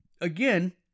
Again